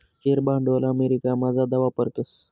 share भांडवल अमेरिकामा जादा वापरतस